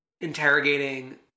interrogating